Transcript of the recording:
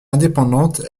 indépendante